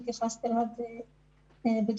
כלומר, לא בהכרח יש קשר בין המגע, בין